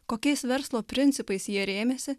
kokiais verslo principais jie rėmėsi